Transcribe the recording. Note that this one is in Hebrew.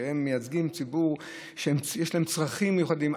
שמייצגות ציבור שיש לו צרכים מיוחדים.